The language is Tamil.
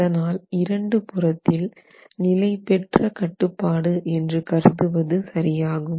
அதனால் இரண்டு புறத்தில் நிலை பெற்ற கட்டுப்பாடு என்று கருதுவது சரியாகும்